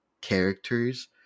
characters